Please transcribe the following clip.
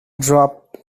dropped